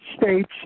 states